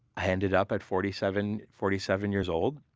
i ended up at forty seven forty seven years old